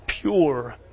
pure